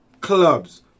Clubs